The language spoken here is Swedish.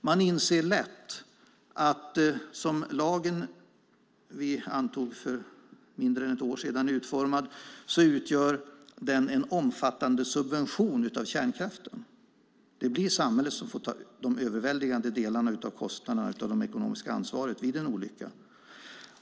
Man inser lätt att så som lagen, som vi antog för mindre än ett år sedan, är utformad utgör den en omfattande subvention av kärnkraften. Det blir samhället som får ta den överväldigande delen av kostnaderna för det ekonomiska ansvaret vid en olycka.